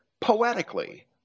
poetically